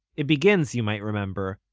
it begins, you might remember,